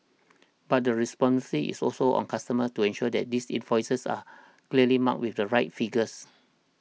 but the is also on customers to ensure that these invoices are clearly marked with the right figures